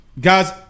guys